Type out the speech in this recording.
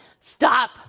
Stop